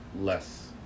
Less